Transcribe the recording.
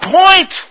point